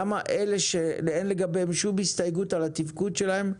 למה לגבי אלה שאין לגביהם שום הסתייגות על התפקוד שלהם,